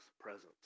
presence